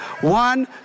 One